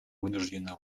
вынуждена